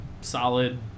Solid